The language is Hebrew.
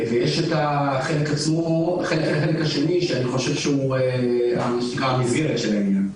והחלק השני שאני חושב שהוא המסגרת של העניין.